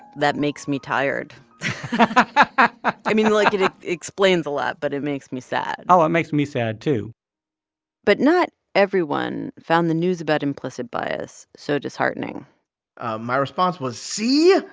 that makes me tired i mean, like, it it explains a lot, but it makes me sad oh, it makes me sad, too but not everyone found the news about implicit bias so disheartening my response was, see,